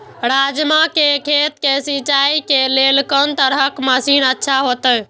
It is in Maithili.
राजमा के खेत के सिंचाई के लेल कोन तरह के मशीन अच्छा होते?